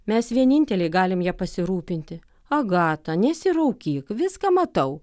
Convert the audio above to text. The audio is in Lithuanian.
mes vieninteliai galim ja pasirūpinti agata nesiraukyk viską matau